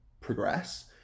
progress